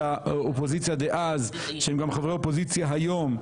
האופוזיציה דאז שהם גם חברי אופוזיציה היום,